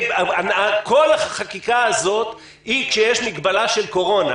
כל החקיקה הזו היא כשיש מגבלה של קורונה.